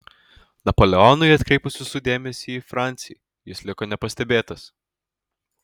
napoleonui atkreipus visų dėmesį į francį jis liko nepastebėtas